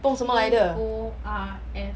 不懂什么来的